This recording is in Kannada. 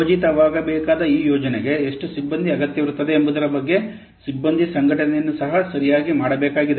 ಯೋಜಿತವಾಗಬೇಕಾದ ಈ ಯೋಜನೆಗೆ ಎಷ್ಟು ಸಿಬ್ಬಂದಿ ಅಗತ್ಯವಿರುತ್ತದೆ ಎಂಬುದರ ಬಗ್ಗೆ ಸಿಬ್ಬಂದಿ ಸಂಘಟನೆಯನ್ನು ಸಹ ಸರಿಯಾಗಿ ಮಾಡಬೇಕಾಗಿದೆ